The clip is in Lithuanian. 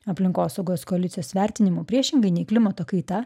aplinkosaugos koalicijos vertinimu priešingai nei klimato kaita